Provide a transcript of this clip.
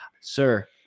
sir